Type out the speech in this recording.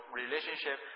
relationship